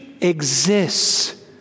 exists